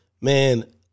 man